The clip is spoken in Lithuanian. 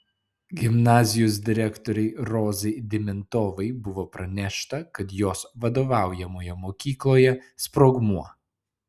gimnazijos direktorei rozai dimentovai buvo pranešta kad jos vadovaujamoje mokykloje sprogmuo